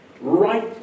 right